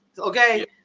Okay